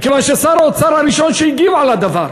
מכיוון ששר האוצר היה הראשון שהגיב על הדבר,